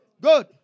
Good